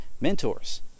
mentors